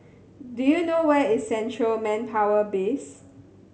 do you know where is Central Manpower Base